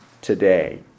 today